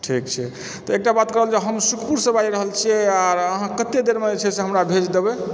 ठीक छै तऽ एकटा बात कहल जे हम सुखपुर सऽ बाजि रहलछियै आ अहाँ कत्तेक देर मे जे छै से हमरा भेज देबै